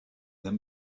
them